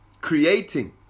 creating